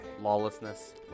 Lawlessness